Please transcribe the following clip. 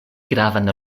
gravan